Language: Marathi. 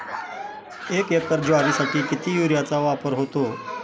एक एकर ज्वारीसाठी किती युरियाचा वापर होतो?